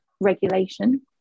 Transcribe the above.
regulation